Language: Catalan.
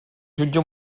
jutge